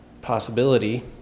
possibility